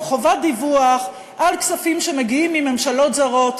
חובת דיווח על כספים שמגיעים מממשלות זרות.